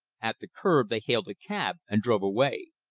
at the curb they hailed a cab and drove away.